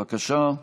כן, בבקשה.